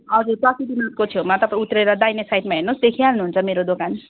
हजुर प्रकृति मार्टको छेउमा तपाईँ उत्रेर दाहिने साइडमा हेर्नोस् देखिहाल्नु हुन्छ मेरो दोकान